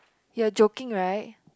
you are joking right